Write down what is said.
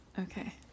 Okay